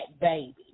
baby